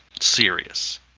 serious